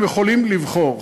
הם יכולים לבחור.